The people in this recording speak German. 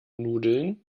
nudeln